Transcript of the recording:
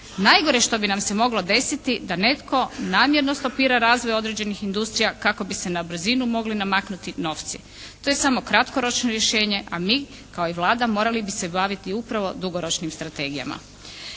Najgore što bi nam se moglo desiti da netko namjerno stopira razvoj određenih industrija kako bi se na brzinu mogli namaknuti novci. To je samo kratkoročno rješenje, a mi kao i Vlada morali bi se baviti upravo dugoročnim strategijama.